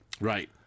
Right